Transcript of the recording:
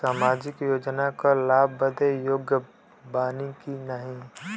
सामाजिक योजना क लाभ बदे योग्य बानी की नाही?